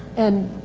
and.